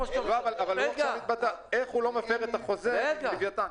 איך הוא לא מפר את החוזה עם לווייתן?